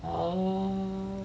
um